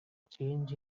change